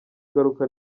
ingaruka